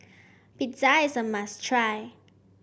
pizza is a must try